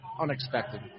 unexpected